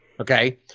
Okay